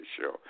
show